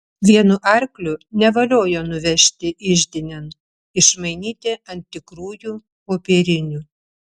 vienu arkliu nevaliojo nuvežti iždinėn išmainyti ant tikrųjų popierinių